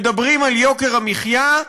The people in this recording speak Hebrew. מדברים על יוקר המחיה,